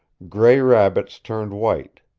gray rabbits turned white.